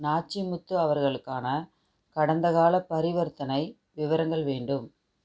நாச்சிமுத்து அவர்களுக்கான கடந்தகால பரிவர்த்தனை விவரங்கள் வேண்டும்